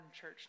church